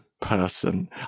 person